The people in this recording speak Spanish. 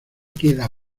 queda